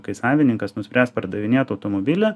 kai savininkas nuspręs pardavinėt automobilį